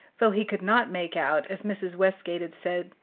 though he could not make out, as mrs. westgate had said,